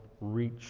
reach